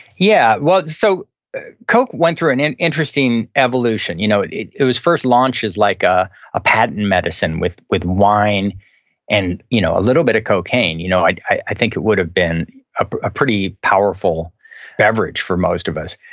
yeah. well, so coke went through an an interesting evolution. you know it it was first launch as like ah a patent medicine with with wine and you know a little bit of cocaine. you know i i think it would been a pretty powerful beverage for most of us.